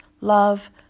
love